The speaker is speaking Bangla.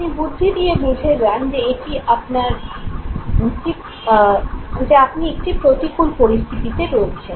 আপনি বুদ্ধি দিয়ে বুঝে যান যে আপনি একটি প্রতিকূল পরিস্থিতিতে আছেন